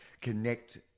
connect